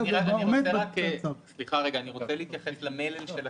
אני רוצה להתייחס למלל של הסימון.